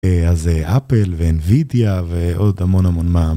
אז אפל ואינווידיה ועוד המון המון...